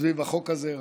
סביב החוק הזה.